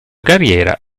carriera